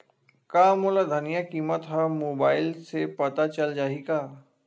का मोला धनिया किमत ह मुबाइल से पता चल जाही का?